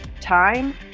time